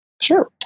Sure